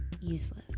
useless